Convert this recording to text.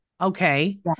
Okay